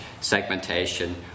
segmentation